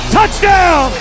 Touchdown